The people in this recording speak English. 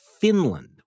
Finland